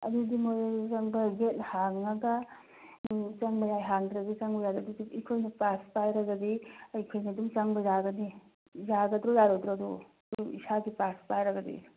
ꯑꯗꯨꯗꯤ ꯃꯣꯔꯦꯗ ꯆꯪꯕ ꯒꯦꯠ ꯍꯥꯡꯉꯒ ꯆꯪꯕ ꯌꯥꯏ ꯍꯥꯡꯗ꯭ꯔꯗꯤ ꯆꯪꯕ ꯌꯥꯗꯦ ꯑꯗꯨꯗꯤ ꯑꯩꯈꯣꯏꯅ ꯄꯥꯁ ꯄꯥꯏꯔꯒꯗꯤ ꯑꯩꯈꯣꯏꯅ ꯑꯗꯨꯝ ꯆꯪꯕ ꯌꯥꯒꯅꯤ ꯌꯥꯒꯗ꯭ꯔꯣ ꯌꯥꯔꯣꯏꯗ꯭ꯔꯣ ꯑꯗꯣ ꯑꯗꯨꯝ ꯏꯁꯥꯁꯤ ꯄꯥꯁ ꯄꯥꯏꯔꯒꯗꯤ